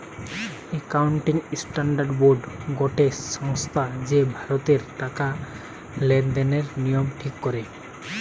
accounting standard board গটে সংস্থা যে ভারতের টাকা লেনদেনের নিয়ম ঠিক করে